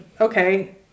okay